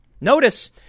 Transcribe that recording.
Notice